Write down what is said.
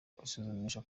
kwisuzumisha